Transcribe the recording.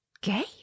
gay